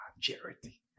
Charity